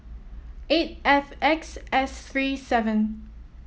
eight F X S three seven